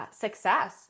success